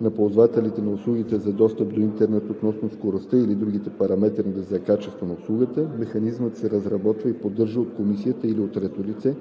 на показателите на услугата за достъп до интернет относно скоростта или другите параметри за качество на услугата; механизмът се разработва и поддържа от комисията или от трето лице